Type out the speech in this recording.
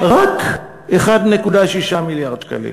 רק 1.6 מיליארד שקלים.